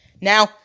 Now